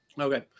Okay